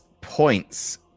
points